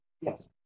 Yes